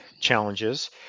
challenges